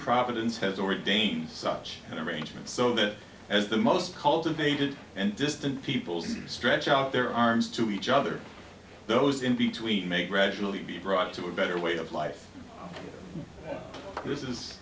providence has ordained such an arrangement so that as the most cultivated and distant peoples stretch out their arms to each other those in between may gradually be brought to a better way of life this is